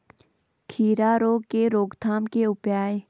खीरा रोग के रोकथाम के उपाय?